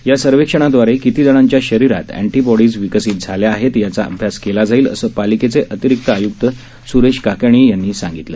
या सर्वेक्षणादवारे किती जणांच्या शरीरात अँटीबॉडीज विकसित झाल्या आहेत याचा अभ्यास केला जातो असं पालिकेचे अतिरिक्त आय्क्त स्रेश काकानी यांनी सांगितलं